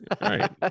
Right